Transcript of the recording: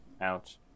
ouch